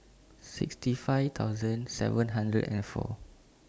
sixty five thousand seven hundred and four